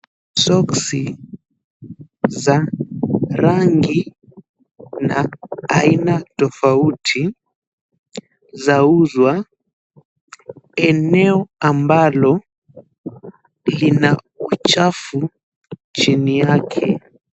Soksi za rangi na aina tofauti zauzwa eneo ambalo lina uchafu chini yake.